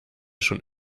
schon